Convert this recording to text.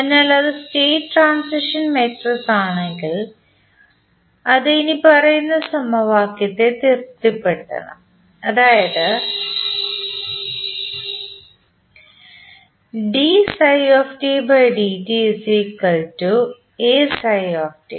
അതിനാൽ അത് state transition മാട്രിക്സാണെങ്കിൽ അത് ഇനിപ്പറയുന്ന സമവാക്യത്തെ തൃപ്തിപ്പെടുത്തണം അതായത് d